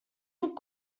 puc